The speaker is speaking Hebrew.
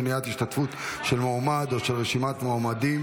מניעת השתתפות של מועמד או של רשימת מועמדים